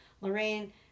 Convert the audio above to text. Lorraine